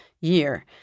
year